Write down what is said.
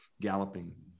galloping